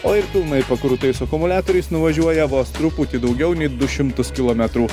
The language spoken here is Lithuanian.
o ir pilnai pakrautais akumuliatoriais nuvažiuoja vos truputį daugiau nei du šimtus kilometrų